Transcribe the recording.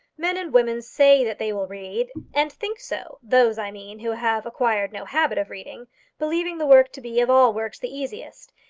men and women say that they will read, and think so those, i mean, who have acquired no habit of reading believing the work to be, of all works, the easiest.